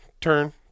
turn